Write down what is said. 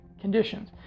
conditions